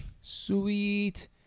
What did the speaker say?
Sweet